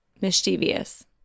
mischievous